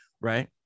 right